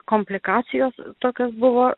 komplikacijos tokios buvo